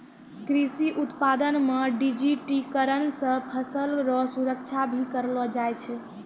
कृषि उत्पादन मे डिजिटिकरण से फसल रो सुरक्षा भी करलो जाय छै